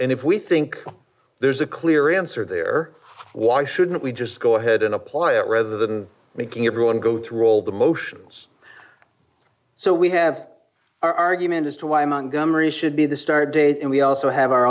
and if we think there's a clear answer there why shouldn't we just go ahead and apply it rather than making everyone go through d all the motions so we have our argument as to why six montgomery should be the start date and we also have our